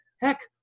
heck